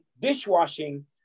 dishwashing